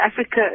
Africa